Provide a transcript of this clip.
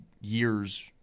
years